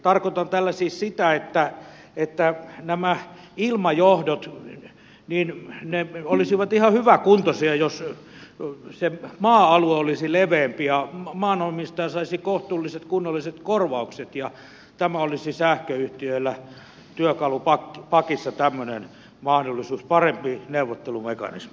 tarkoitan tällä siis sitä että nämä ilmajohdot olisivat ihan hyväkuntoisia jos se maa alue olisi leveämpi ja maanomistaja saisi kohtuulliset kunnolliset korvaukset ja tämmöinen mahdollisuus olisi sähköyhtiöillä työkalupakki aki setää monen maan työkalupakissa parempi neuvottelumekanismi